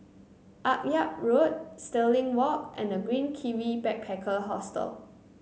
Akyab Road Stirling Walk and The Green Kiwi Backpacker Hostel